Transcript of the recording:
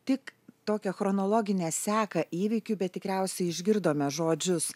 tik tokią chronologinę seką įvykių bet tikriausiai išgirdome žodžius